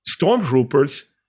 stormtroopers